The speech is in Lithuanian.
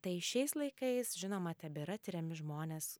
tai šiais laikais žinoma tebėra tiriami žmonės